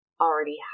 already